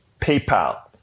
PayPal